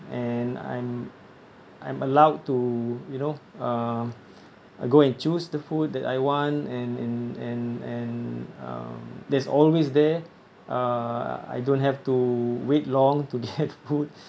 and I'm I'm allowed to you know uh go and choose the food that I want and and and and uh that's always there I don't have to wait long to get food